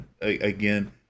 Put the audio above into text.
Again